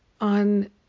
on